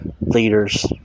leaders